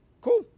cool